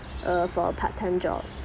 uh for a part time job